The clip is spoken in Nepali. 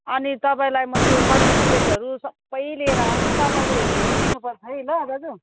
अनि तपाईँलाई म त्यो सर्टिफिकेटहरू सबै लिएर आउँछु तपाईँले हेरिदिनु पर्छ है ल दाजु